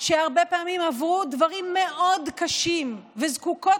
שהרבה פעמים עברו דברים מאוד קשים וזקוקות